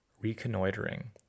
reconnoitering